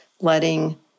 letting